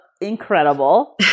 incredible